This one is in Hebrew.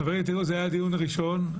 חברים, זה היה דיון ראשון.